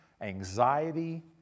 anxiety